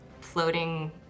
floating